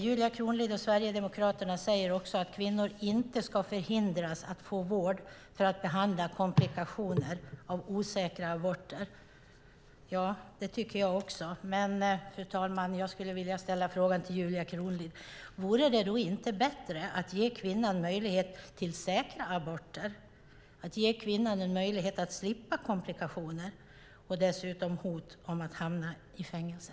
Julia Kronlid och Sverigedemokraterna säger också att kvinnor inte ska hindras att få vård för att behandla komplikationer av osäkra aborter. Det tycker jag också, men jag skulle vilja ställa frågan till Julia Kronlid: Vore det då inte bättre att ge kvinnan möjlighet till säkra aborter - en möjlighet att slippa komplikationer och hot om att hamna i fängelse?